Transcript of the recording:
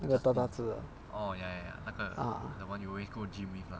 那个大大只的 ah